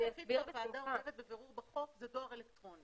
הדבר היחיד